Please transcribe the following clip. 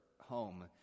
home